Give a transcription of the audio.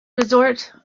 resort